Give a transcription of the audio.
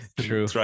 true